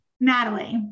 Natalie